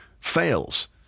fails